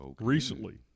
recently